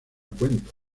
cuenta